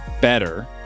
better